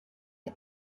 est